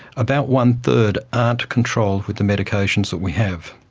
about one-third aren't controlled with the medications that we have.